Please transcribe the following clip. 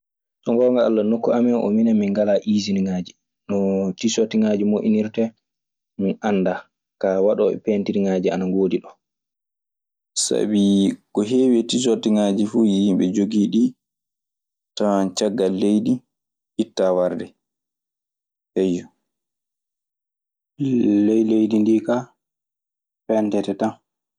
Sa ngoonga Alla nokku amen oo minen min ngalaa iijinŋaaji. No tisortiŋaaji monyinirtee mi anndaa, kaa waɗoo ɓe pentiriŋaaji ana ngoodi. Sabi ko heewi e tisortiŋaaji fuu yimɓe jogii ɗii, tawan caggal leydi ittaa warde. Ley leydi ndii kaa peentete tan.